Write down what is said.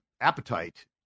appetite